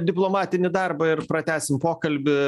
diplomatinį darbą ir pratęsim pokalbį